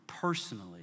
personally